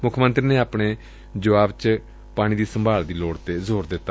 ਮੁੱਖ ਮੰਤਰੀ ਨੇ ਆਪਣੇ ਜੁਆਬ ਚ ਪਾਣੀ ਦੀ ਸੰਭਾਲ ਦੀ ਲੋੜ ਤੇ ਜ਼ੋਰ ਦਿੱਤਾ